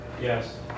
Yes